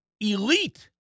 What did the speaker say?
elite